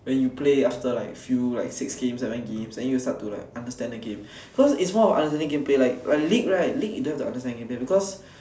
when you play after like few like six games seven games then you start to like understand the game cause its more of understanding game play like league right league you don't have to understand game play cause